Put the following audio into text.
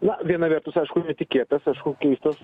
na viena vertus aišku netikėtas aišku keistas